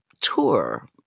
tour